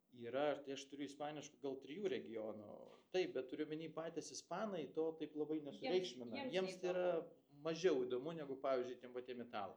yra ir tai aš turiu ispaniškų gal trijų regionų taip bet turiu omeny patys ispanai to taip labai nesureikšmina jiems tai yra mažiau įdomu negu pavyzdžiui tiem patiem italam